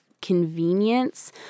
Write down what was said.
convenience